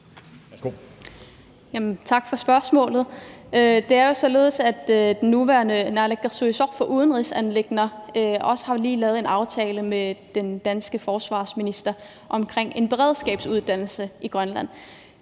Tak for spørgsmålet. Det er jo således, at den nuværende naalakkersuisoq for udenrigsanliggender lige har lavet en aftale med den danske forsvarsminister omkring en beredskabsuddannelse i Grønland.